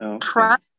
Trust